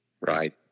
Right